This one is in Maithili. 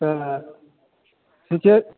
अच्छा ठिके